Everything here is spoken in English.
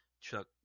Chuck